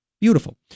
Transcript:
Beautiful